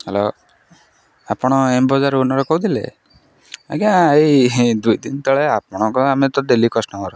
hello ଆପଣ ଏମ୍ବୋଜାର owner କହୁଥିଲେ ଆଜ୍ଞା ଏଇ ଦୁଇ ଦିନ ତଳେ ଆପଣଙ୍କ ଆମେ ତ ଡେଲି କଷ୍ଟମର